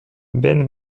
ben